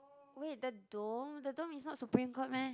wait the dome the dome is not Supreme-Court meh